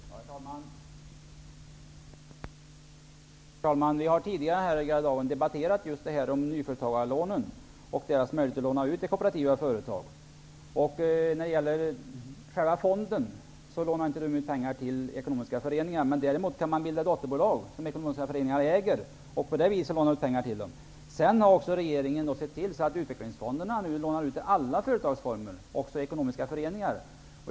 Herr talman! Jag har tidigare här i dag debatterat om nyföretagarlånen och om möjligheten att låna ut till kooperativa företag. Fonden lånar inte ut pengar till ekonomiska föreningar, men man kan bilda dotterbolag som ekonomiska föreningar äger, och detta dotterbolag kan få låna. Sedan har regeringen sett till att utvecklingsfonderna lånar ut till alla företagsformer, också till ekonomiska föreningar.